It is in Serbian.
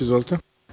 Izvolite.